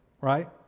right